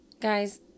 Guys